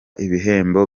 ibihembo